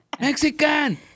Mexican